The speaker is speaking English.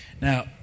Now